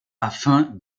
afin